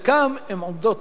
אני מדבר על דירות ריקות.